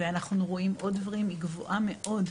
ואנחנו רואים עוד דברים, היא גבוהה מאוד.